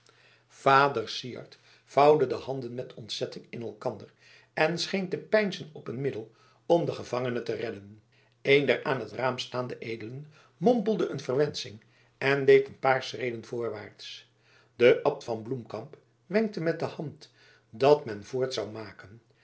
vader syard vouwde de handen met ontzetting in elkander en scheen te peinzen op een middel om den gevangene te redden een der aan het raam staande edelen mompelde een verwensching en deed een paar schreden voorwaarts de abt van bloemkamp wenkte met de hand dat men voort zou maken